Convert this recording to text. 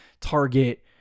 target